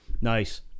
Nice